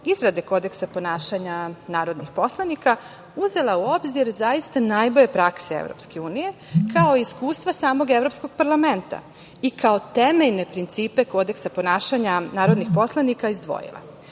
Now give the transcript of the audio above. izrade kodeksa ponašanja narodnih poslanika uzela u obzir zaista najbolje prakse EU, kao i iskustva samog Evropskog parlamenta i kao temeljne principe kodeksa ponašanja narodnih poslanika izdvojila: